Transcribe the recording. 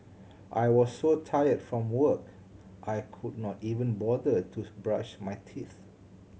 I was so tired from work I could not even bother to brush my teeth